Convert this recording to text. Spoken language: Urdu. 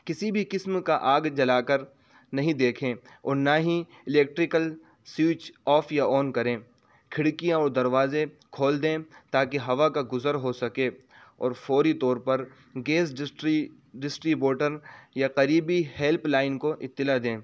کسی بھی قسم کا آگ جلا کر نہیں دیکھیں اور نہ ہی الیکٹریکل سوئچ آف یا آن کریں کھڑکیاں اور دروازے کھول دیں تاکہ ہوا کا گزر ہو سکے اور فوری طور پر گیس ڈسٹری ڈسٹریبوٹر یا قریبی ہیلپ لائن کو اطلاع دیں